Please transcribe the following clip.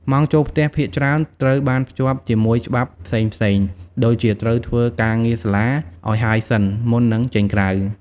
ម៉ោងចូលផ្ទះភាគច្រើនត្រូវបានភ្ជាប់ជាមួយច្បាប់ផ្សេងៗ ដូចជាត្រូវធ្វើការងារសាលាឱ្យហើយសិន មុននឹងចេញក្រៅ។